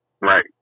Right